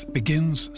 begins